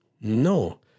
No